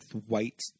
white –